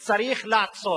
צריך לעצור.